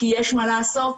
כי יש מה לעשות,